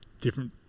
different